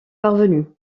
parvenus